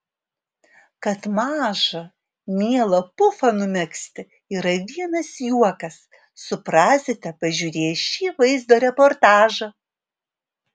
kad mažą mielą pufą numegzti yra vienas juokas suprasite pažiūrėję šį vaizdo reportažą